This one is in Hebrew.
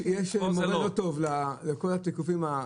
יש מורה לא טוב לכל התיקופים.